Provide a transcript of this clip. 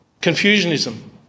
Confucianism